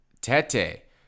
Tete